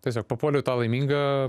tiesiog papuoliau į tą laimingą